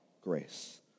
grace